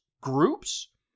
groups